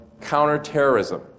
Counterterrorism